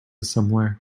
somewhere